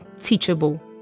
teachable